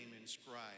inscribed